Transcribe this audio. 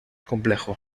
complejo